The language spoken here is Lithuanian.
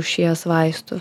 rūšies vaistų